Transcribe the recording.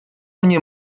mnie